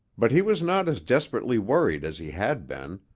but he was not as desperately worried as he had been,